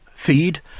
feed